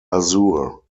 azure